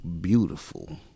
beautiful